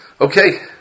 Okay